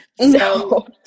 No